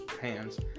hands